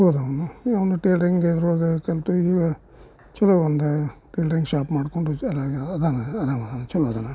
ಹೋದ ಅವನು ಅವನು ಟೈಲ್ರಿಂಗ್ ಇದ್ರೊಳ್ಗೆ ಕಲಿತು ಚಲೋ ಒಂದು ಟೈಲ್ರಿಂಗ್ ಶಾಪ್ ಮಾಡಿಕೊಂಡು ಚೆನ್ನಾಗಿ ಅದಾನ ಅದಾನ ಅವ ಚಲೋ ಅದಾನ